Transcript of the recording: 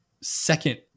second